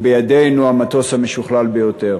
או בידינו, המטוס המשוכלל ביותר.